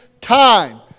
time